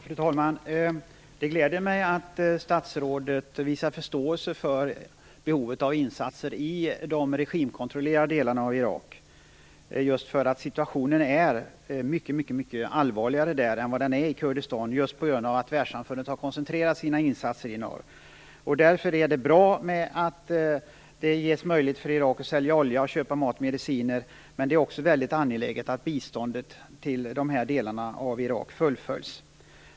Fru talman! Det gläder mig att statsrådet visar förståelse för behovet av insatser i de regimkontrollerade delarna av Irak. Situationen är ju mycket allvarligare där än i Kurdistan just på grund av att världssamfundet har koncentrerat sina insatser i norr. Det är därför bra att Irak ges möjlighet att sälja olja och att köpa mat och mediciner. Men det är också mycket angeläget att biståndet till dessa delar av Irak fullföljs.